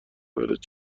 وارد